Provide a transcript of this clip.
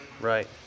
Right